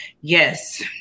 Yes